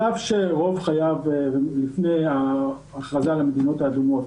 על אף שרוב חייו לפני ההכרזה על המדינות האדומות